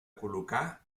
col·locar